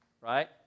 right